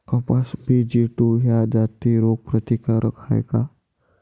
कपास BG two ह्या जाती रोग प्रतिकारक हाये का?